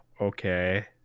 okay